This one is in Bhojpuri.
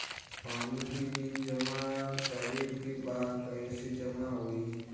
पानी के बिल जमा करे के बा कैसे जमा होई?